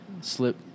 Slip